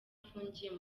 afungiwe